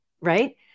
right